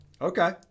Okay